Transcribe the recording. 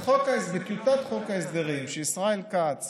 בטיוטת חוק ההסדרים שישראל כץ